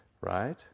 Right